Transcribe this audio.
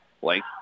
Blake